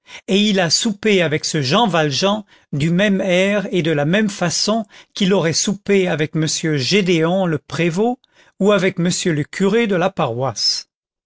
et il a soupé avec ce jean valjean du même air et de la même façon qu'il aurait soupé avec m gédéon le prévost ou avec m le curé de la paroisse